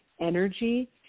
energy